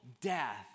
death